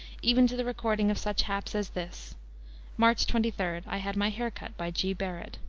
even to the recording of such haps as this march twenty three, i had my hair cut by g. barret.